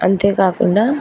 అంతేకాకుండా